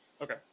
okay